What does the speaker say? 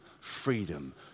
freedom